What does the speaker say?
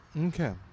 Okay